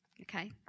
okay